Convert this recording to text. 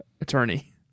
Attorney